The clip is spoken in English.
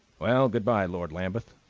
well, goodbye, lord lambeth,